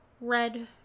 red